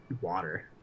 water